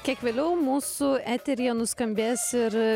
kiek vėliau mūsų eteryje nuskambės ir